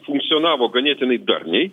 funkcionavo ganėtinai darniai